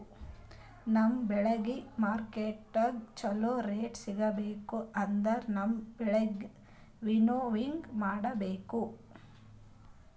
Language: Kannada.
ನಮ್ ಬೆಳಿಗ್ ಮಾರ್ಕೆಟನಾಗ್ ಚೋಲೊ ರೇಟ್ ಸಿಗ್ಬೇಕು ಅಂದುರ್ ನಮ್ ಬೆಳಿಗ್ ವಿಂನೋವಿಂಗ್ ಮಾಡಿಸ್ಬೇಕ್